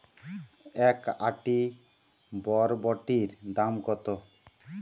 এক আঁটি বরবটির দাম কত?